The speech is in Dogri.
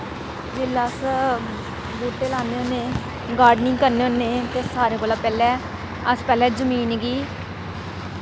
जेल्लै अस बूह्टे लान्ने होन्नें गार्डनिंग करने होन्नें ते सारें कोला पैह्लें अस पैह्लें जमीन गी